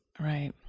Right